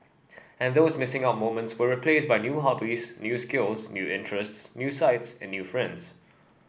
and those missing out moments were replaced by new hobbies new skills new interests new sights and new friends